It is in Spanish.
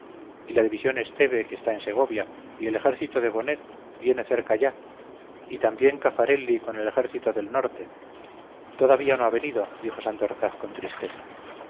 y la división esteve que está en segovia y el ejército de bonnet viene cerca ya y también cafarelli con el ejército del norte todavía no ha venido dijo santorcaz con tristeza